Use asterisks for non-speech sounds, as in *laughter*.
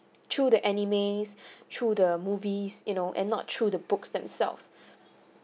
through the animes *breath* through the movies you know and not through the books themselves